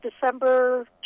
December